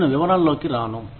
నేను వివరాల్లోకి రాను